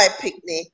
picnic